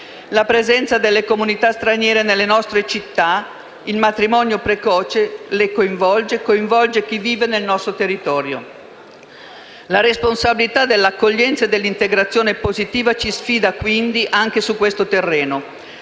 la presenza delle comunità straniere nelle nostre città, il matrimonio precoce coinvolge anche chi vive nel nostro territorio. La responsabilità dell'accoglienza e dell'integrazione positiva ci sfida quindi anche su questo terreno: